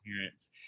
parents